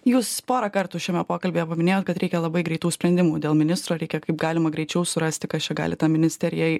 jūs porą kartų šiame pokalbyje paminėjot kad reikia labai greitų sprendimų dėl ministro reikia kaip galima greičiau surasti kas čia gali tą ministerijai